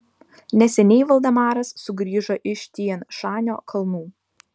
neseniai valdemaras sugrįžo iš tian šanio kalnų